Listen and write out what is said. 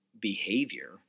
behavior